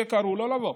שקראו שלא לבוא.